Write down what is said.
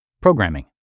Programming